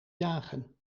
jagen